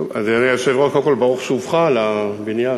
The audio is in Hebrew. אדוני היושב-ראש, קודם כול, ברוך שובך לבניין.